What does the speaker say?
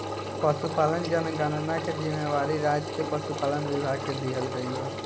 पसुपालन जनगणना के जिम्मेवारी राज्य के पसुपालन विभाग के दिहल गइल बा